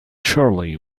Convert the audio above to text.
chorley